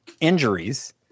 injuries